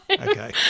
Okay